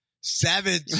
Savage